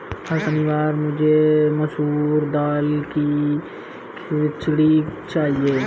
हर शनिवार मुझे मसूर दाल की खिचड़ी चाहिए